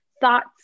thoughts